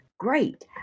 Great